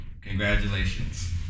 Congratulations